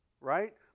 right